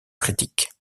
critiques